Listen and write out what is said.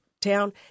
town